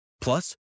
Plus